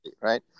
right